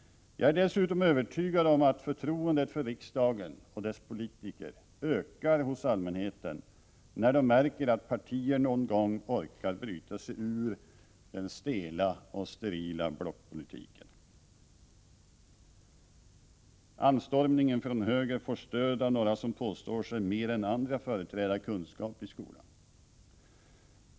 Jag är dessutom övertygad om att förtroendet för riksdagen och dess politiker ökar hos allmänheten när man märker att partier någon gång orkar bryta sig ur den stela och sterila blockpolitiken. Anstormningen från höger får stöd av några som påstår sig mer än andra företräda kunskap i skolan.